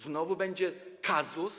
Znowu będzie kazus.